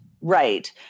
right